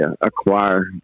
acquire